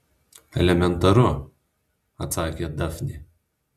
elementaru atsakė dafnė